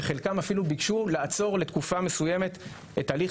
וחלקם אפילו ביקשו לעצור לתקופה מסוימת את הליך